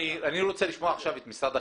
אני רוצה לשמוע עכשיו את משרד החינוך.